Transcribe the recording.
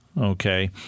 Okay